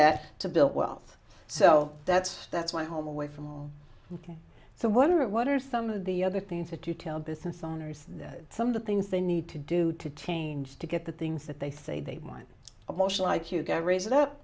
at to build wealth so that's that's my home away from ok so what are what are some of the other things that you tell business owners that some of the things they need to do to change to get the things that they say they want